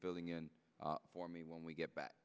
filling in uh for me when we get back